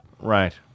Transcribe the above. Right